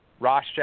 Ross